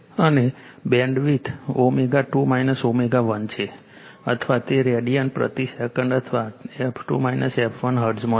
અને બેન્ડવિડ્થ ω2 ω1 છે અથવા તે રેડિયન પ્રતિ સેકન્ડ અથવા f 2 f 1 હર્ટ્ઝમાં છે